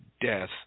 death